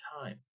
time